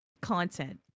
content